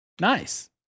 nice